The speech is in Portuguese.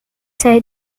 sair